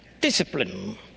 discipline